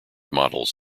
models